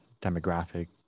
demographic